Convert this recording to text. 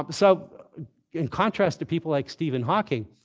but so in contrast to people like stephen hawking,